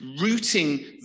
rooting